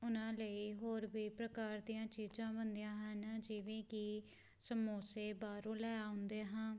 ਉਹਨਾਂ ਲਈ ਹੋਰ ਵੀ ਪ੍ਰਕਾਰ ਦੀਆਂ ਚੀਜ਼ਾਂ ਬਣਦੀਆਂ ਹਨ ਜਿਵੇਂ ਕਿ ਸਮੋਸੇ ਬਾਹਰੋਂ ਲੈ ਆਉਂਦੇ ਹਾਂ